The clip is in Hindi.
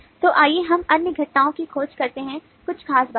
तो आइए हम अन्य घटनाओं की खोज करते हैं कुछ खास बातें